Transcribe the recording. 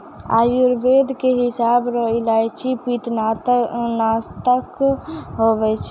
आयुर्वेद के हिसाब रो इलायची पित्तनासक हुवै छै